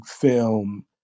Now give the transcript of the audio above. film